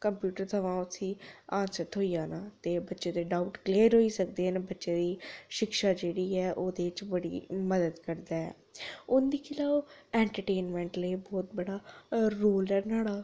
computer थनां उस्सी answer थ्होई जाना ते बच्चे दे डाउट क्लेयर होई सकदे न ते बच्चे दी शिक्षा च जेह्ड़ी ऐ ओह्दे च बड़ी मदद करदा ऐ हून दिक्खी लैओ ऐंटरटेनमैंट लेई बहुत बड्डा रोल ऐ न्हाड़ा